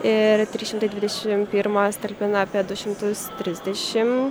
ir trys šimtai dvidešim pirmas talpina apie du šimtus trisdešim